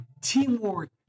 teamwork